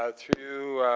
ah through